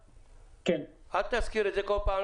אל תזכיר את זה כל פעם.